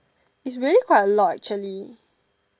is really quite a lot actually